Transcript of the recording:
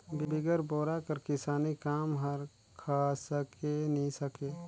बिगर बोरा कर किसानी काम हर खसके नी सके